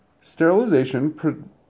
Sterilization